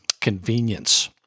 convenience